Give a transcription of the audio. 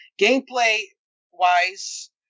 Gameplay-wise